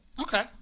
Okay